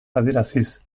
adieraziz